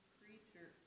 creature